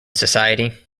society